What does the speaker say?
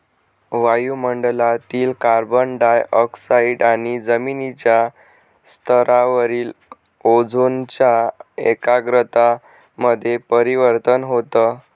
वायु मंडळातील carbon dioxide आणि जमिनीच्या स्तरावरील ओझोनच्या एकाग्रता मध्ये परिवर्तन होतं